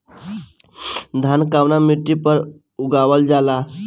धान कवना मिट्टी पर उगावल जाला?